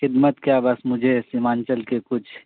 خدمت کیا بس مجھے سیمانچل کے کچھ